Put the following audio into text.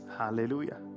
Hallelujah